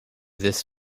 this